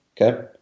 okay